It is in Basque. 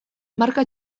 marka